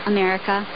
America